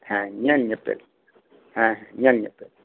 ᱦᱮᱸ ᱧᱮᱞ ᱧᱮᱯᱮᱞ ᱦᱮᱸ ᱦᱮᱸᱧᱮᱞ ᱧᱮᱯᱮᱞ